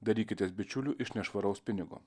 darykitės bičiulių iš nešvaraus pinigo